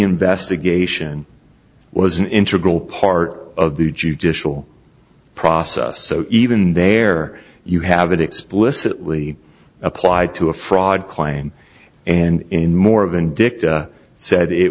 investigation was an integral part of the judicial process so even there you have it explicitly applied to a fraud claim and in more of an dicked said it